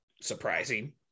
surprising